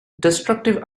destructive